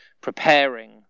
preparing